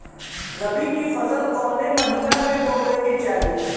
रबी की फसल कौने महिना में बोवे के चाही?